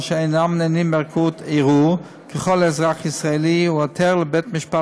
אשר אינם נהנים מערכאת ערעור ככל אזרח ישראלי העותר לבית-משפט